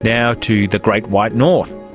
now to the great white north.